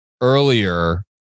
earlier